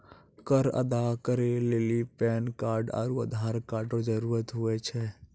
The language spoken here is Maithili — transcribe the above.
कर अदा करै लेली पैन कार्ड आरू आधार कार्ड रो जरूत हुवै छै